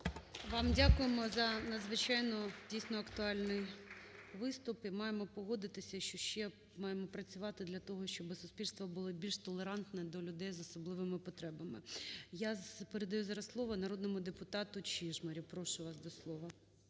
Вам дякуємо за надзвичайно дійсно актуальний виступ і маємо погодитися, що ще маємо працювати для того, щоби суспільство було більш толерантним до людей з особливими потребами. Я передаю зараз слово народному депутату Чижмарю. Прошу вас до слова.